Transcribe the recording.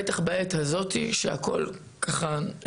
בטח בעת הזאת שהכל שביר,